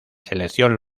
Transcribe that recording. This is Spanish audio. selección